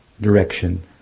direction